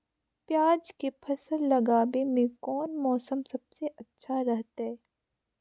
प्याज के फसल लगावे में कौन मौसम सबसे अच्छा रहतय?